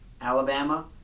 Alabama